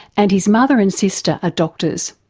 and his mother and sister are doctors,